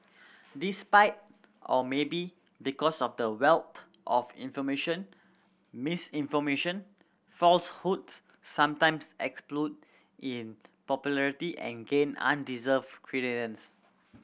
despite or maybe because of the wealth of information misinformation falsehoods sometimes explode in popularity and gain credence